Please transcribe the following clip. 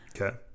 Okay